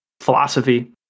philosophy